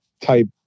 type